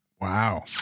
wow